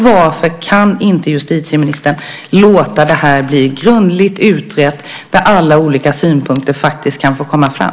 Varför kan inte justitieministern låta det här bli grundligt utrett, så att alla olika synpunkter får komma fram?